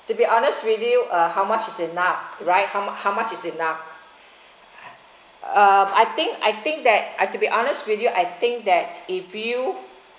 to be honest with you uh how much is enough right how how much is enough uh I think I think that I've to be honest with you I think that if you